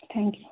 thank you